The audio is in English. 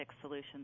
solutions